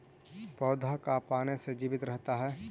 पौधा का पाने से जीवित रहता है?